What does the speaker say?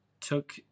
took